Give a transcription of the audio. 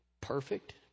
perfect